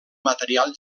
material